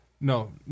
No